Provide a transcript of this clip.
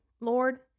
Lord